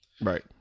Right